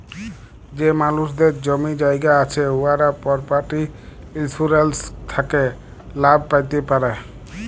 যে মালুসদের জমি জায়গা আছে উয়ারা পরপার্টি ইলসুরেলস থ্যাকে লাভ প্যাতে পারে